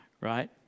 right